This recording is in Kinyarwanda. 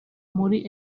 muri